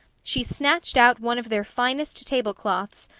she snatched out one of their finest tablecloths,